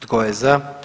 Tko je za?